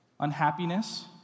unhappiness